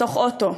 בתוך אוטו,